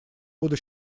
буду